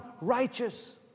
righteous